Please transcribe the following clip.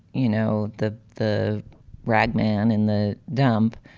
you know, the the ragman in the dump.